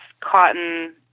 cotton